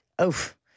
Oof